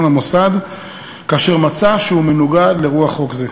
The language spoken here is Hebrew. מוסד כאשר מצא שהוא מנוגד לסעיף זה.